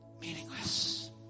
meaningless